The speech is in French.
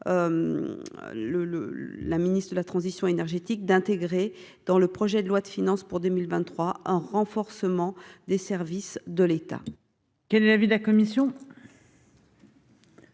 la ministre de la transition énergétique d'intégrer dans le projet de loi de finances pour 2023, un renforcement des services de l'État. Quel est l'avis de la commission.